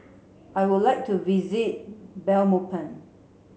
I would like to visit Belmopan